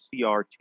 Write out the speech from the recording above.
CRT